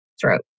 throat